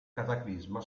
cataclisma